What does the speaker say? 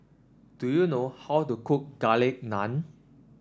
do you know how to cook Garlic Naan